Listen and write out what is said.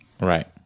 Right